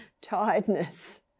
tiredness